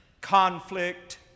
conflict